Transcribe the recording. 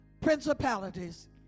principalities